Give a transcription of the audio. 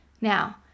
now